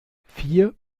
vier